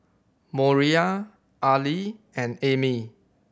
Moriah Arly and Amy